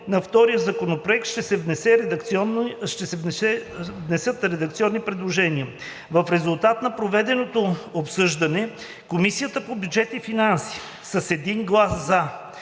на втория законопроект ще внесат редакционни предложения. В резултат на проведеното обсъждане Комисията по бюджет и финанси: – с 1 глас